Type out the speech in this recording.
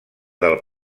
del